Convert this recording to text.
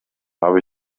habe